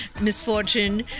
misfortune